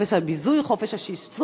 חופש הביזוי או חופש השיסוי.